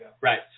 Right